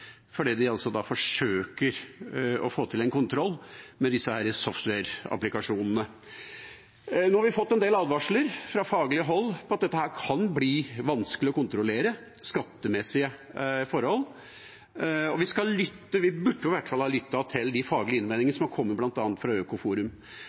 fordi man altså forsøker å få til en kontroll med disse softwareapplikasjonene. Nå har vi fått en del advarsler fra faglig hold om at det kan bli vanskelig å kontrollere skattemessige forhold her, og vi skal lytte – vi burde i hvert fall ha lyttet – til de faglige